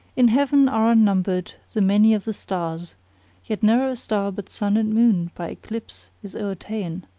in heaven are unnumbered the many of the stars yet ne'er a star but sun and moon by eclipse is overta'en.